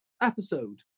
episode